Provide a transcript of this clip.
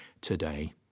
today